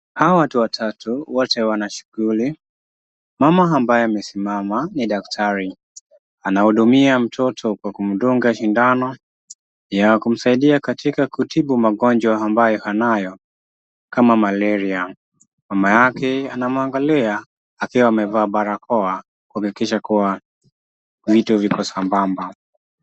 Hawa watu watatu wote wanashughuli. Mama ambaye amesimama ni daktari anahudumia mtoto kwa kumdunga sindano ya kumsaidia katika kutibu magonjwa ambayo anayo kama maleria. Mama yake anamuangalia akiwa amevaa barakoa kuhakikisha kuwa vitu viko sambamba.